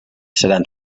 seran